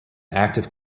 active